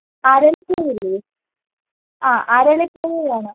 അരളി പൂ ഇല്ലേ ആ അരളിപ്പൂവ് വേണം